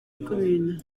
commune